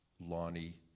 Lonnie